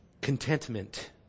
contentment